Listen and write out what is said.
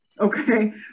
okay